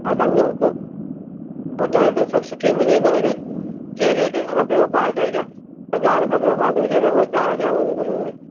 हा तव्हांखे hotel hotel वोटल सभु सुठी मिली वेंदव इते जे रेट में खपेव ॿ अढाई हज़ार खपेव ॿ अढाई हज़ार हज़ार खपेव